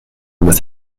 with